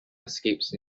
escapes